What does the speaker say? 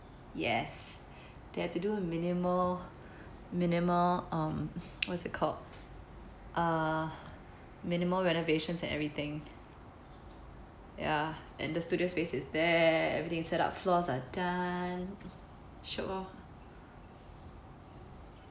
yes they had to do a minimal minimal um what's it called uh minimal renovations and everything ya and the studio space is there everything set up floors are done shiok lor